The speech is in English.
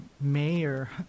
mayor